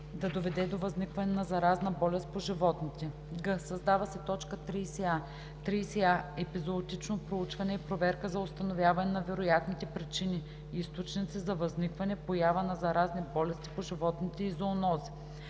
да доведе до възникване на заразна болест по животните.“; г) създава се т. 30а: „30а. „Епизоотично проучване“ е проверка за установяване на вероятните причини/източници за възникване/поява на заразни болести по животните и зоонози.“;